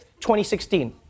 2016